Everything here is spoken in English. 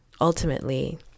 ultimately